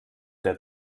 der